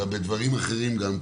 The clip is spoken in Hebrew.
אלא גם בדברים אחרים.